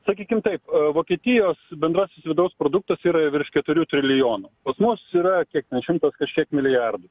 sakykim taip vokietijos bendrasis vidaus produktas yra virš keturių trilijonų pas mus yra kiek ten šimtas kažkiek milijardų